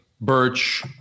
Birch